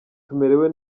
tumerewe